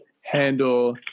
handle